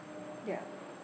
ya